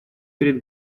перед